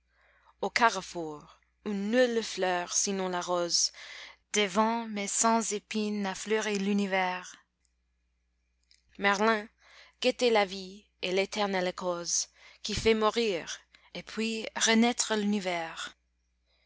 au carrefour où nulle fleur sinon la rose des vents mais sans épine n'a fleuri l'univers merlin guettait la vie et l'éternelle cause qui fait mourir et puis renaître l'univers